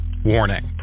Warning